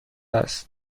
است